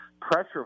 pressure